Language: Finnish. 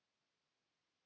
Kiitos.